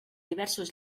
diversos